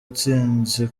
itsinzi